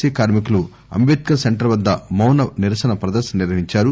C కార్మి కులు Ambedkar centre వద్ద మౌన నిరసన ప్రదర్శన నిర్వహించారు